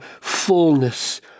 fullness